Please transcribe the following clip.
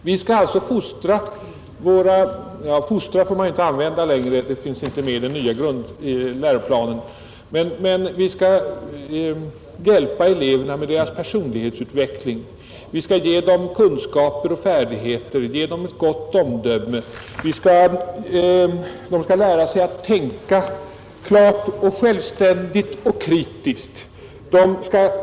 Jag skall inte använda ordet fostran — det finns inte med i den nya läroplanen — vi skall hjälpa eleverna med deras personlighetsutveckling, vi skall ge dem kunskaper och färdigheter, utveckla deras omdöme. De skall lära sig att tänka klart och självständigt och kritiskt.